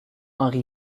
henri